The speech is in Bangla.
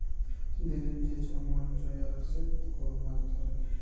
দিলের যে ছময় জয়ার আসে তখল মাছ ধ্যরে